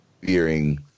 fearing